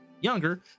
younger